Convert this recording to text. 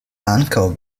ankaŭ